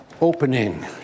Opening